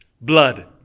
Blood